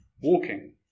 walking